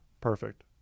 Perfect